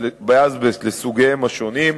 באזבסט לסוגיהם השונים,